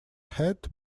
had